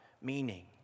meaning